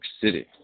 City